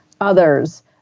others